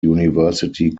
university